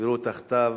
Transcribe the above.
ונקברו תחתיו